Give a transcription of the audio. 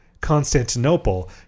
Constantinople